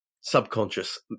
subconscious